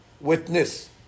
witness